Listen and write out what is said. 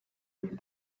read